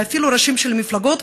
ואפילו ראשים של מפלגות,